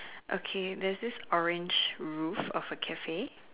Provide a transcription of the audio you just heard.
okay there's this orange roof of a Cafe